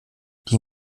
die